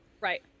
Right